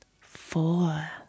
four